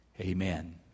amen